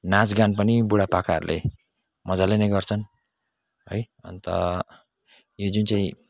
नाच गान पनि बुढापाकाहरूले मजाले नै गर्छन् है अन्त यो जुन चाहिँ